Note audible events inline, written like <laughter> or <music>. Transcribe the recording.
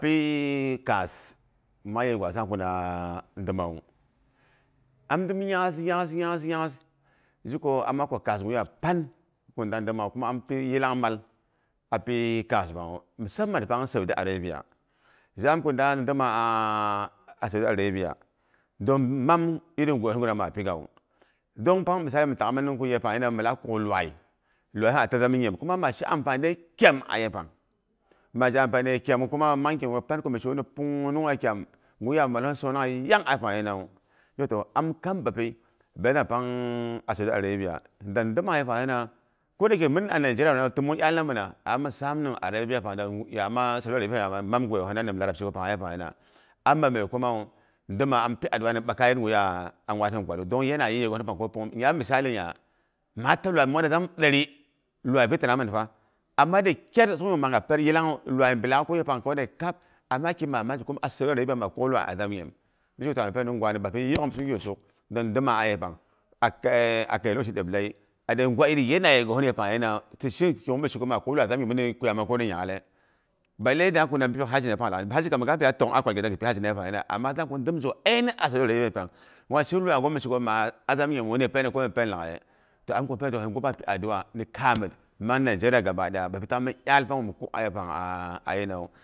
Pii kaas mang yegu amsam ko dan demawu. Am ndin nyanghas, nyanghas, nyanghas zhiko ama kwa kaas ghya pankha dang kuma ban pi yi langmal a pi kass pangha demawu. Ma- saman pang saudi arabia zam ko dang dom- a saudi arabiya dong mam iri goiyohin nguna ma pigawu. Dong pang misali minu, yepa, milak kuk iwai, iwaiyolin a ta zan nyin. Kuma maa shi ampani dei kyau a yepang. Ma zhi ampaniyi kyamu kumar mang kigu panku mishiwu ni puingnungha kyam. Nguya malohin sonongha yaune a yepang nyinawu. Zheko toh am kam ba pi bari da pang saudi arabiya dang dema yepang nyina. Ko dayike min a nizheriya tə mong iyal na mena ama mə saam nim saudi arabia. Pang, ya mam gaiyohina nyin larabci am mamme kumawu, doma am pi adu'a na ning ɓakyaiyet ngnya ngwaat hin a kwalu. Dong yanayi yegohin pang ko punghim, nya miali nya, maa ta iwai moda zam dari, iwaipi tanang minfa. Ama dakyar sughu ma nya pari yilangwu iwai bilak ga kuk gepang kone kap. Ama ki mamaki a saudi arabiya kuma ma kuk iwai a zam nyim, mi zheko to ngwani pangnyinu ngwani bapi yo'ghim, sukghe suk dang dema a yepang. A <hesitation> a kei lokashi dəplei, yada ngwa iri yanayi gohin yepang nyinawu. Ti sheikh kugu ma sheni kuyame ko ni nya'ghale? Balle ko pyok dang ko dang bi pyok haji na yepang laghai, da haji kam ga pi'iya to'gh da ghipi azimina yepang. Ama am sam ko ndim zo ku a saudi arabia yepang, ti iwaigu mishiku ma azam nyimu ni pen ko ni pen laghaiye? Toh amkwa pena nguba pi adu'a ni kaamət mang nigeria gabadaya bapi ta min iyal pangu mi kuk a yepangnwu a'a nyin.